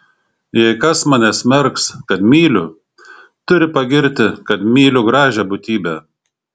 jei kas mane smerks kad myliu turi pagirti kad myliu gražią būtybę